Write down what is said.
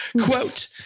Quote